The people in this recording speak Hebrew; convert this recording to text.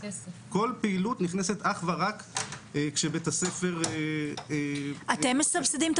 כל פעילות נכנסת אך ורק כשבית הספר --- אתם מסבסדים את